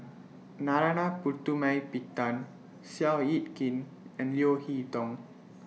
Narana Putumaippittan Seow Yit Kin and Leo Hee Tong